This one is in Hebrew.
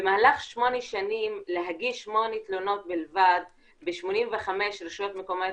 במהלך שמונה שנים להגיש שמונה תלונות בלבד ב-85 רשויות מקומיות